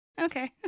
Okay